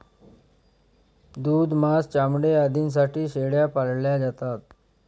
दूध, मांस, चामडे आदींसाठी शेळ्या पाळल्या जातात